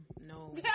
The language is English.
No